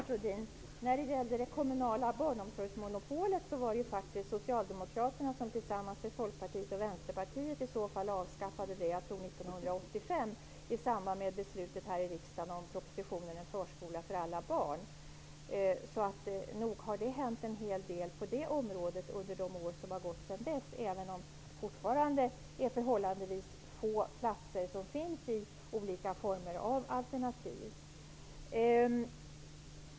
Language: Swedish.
Fru talman! Det kommunala barnomsorgsmonopolet, Lennart Rohdin, avskaffades faktiskt av Socialdemokraterna, Folkpartiet och Vänsterpartiet -- jag tror att det var 1985 -- i samband med beslutet i riksdagen med anledning av propositionen om en förskola för alla barn. Nog har det hänt en hel del på det området under de år som har gått sedan dess. Fortfarande finns det förhållandevis få platser i olika former av alternativ.